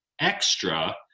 extra